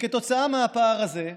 כתוצאה מהפער הזה,